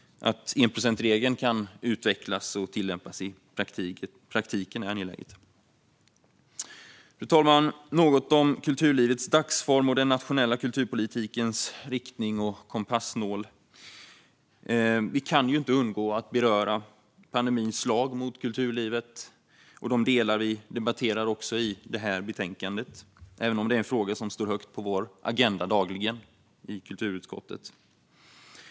Att enprocentsregeln kan utvecklas och tillämpas i praktiken är angeläget. Fru talman! Något om kulturlivets dagsform och den nationella kulturpolitikens riktning och kompassnål. Vi kan inte undgå att beröra pandemins slag mot kulturlivet och de delar vi debatterar också i detta betänkande, även om det är en fråga som dagligen står högt på vår agenda i kulturutskottet.